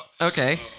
okay